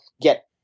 get